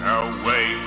away